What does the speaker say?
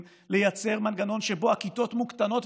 לייצר מנגנון שבו הכיתות מוקטנות,